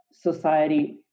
society